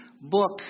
book